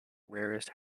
rarest